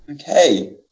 Okay